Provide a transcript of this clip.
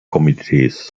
komitees